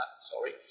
sorry